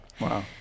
Wow